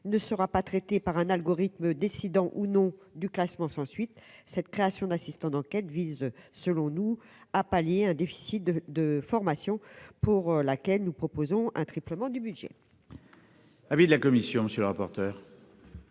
ne sera pas traitée par un algorithme décidant ou non du classement sans suite. Cette création d'assistants d'enquête vise en réalité, selon nous, à pallier un déficit de formation ; en la matière, nous proposons, quant à nous, un triplement du budget.